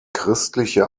christliche